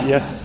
Yes